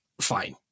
fine